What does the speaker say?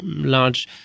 large